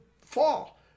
fall